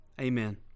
Amen